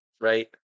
right